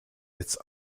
its